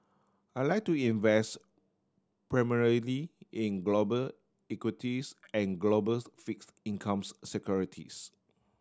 I like to invest primarily in global equities and globals fix incomes securities